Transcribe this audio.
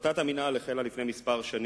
הפרטת המינהל החלה לפני שנים מספר,